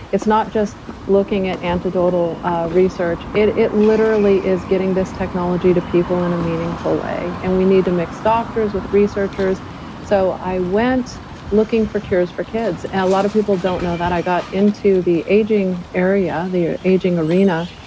it's not just looking at anecdotal research, it it literally is getting this technology to people in a meaningful way and we need to mix doctors with researchers so i went looking for cures for kids and a lot of people don't know that i got into the aging area, the aging arena,